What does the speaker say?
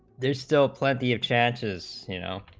there's still plenty of chances you know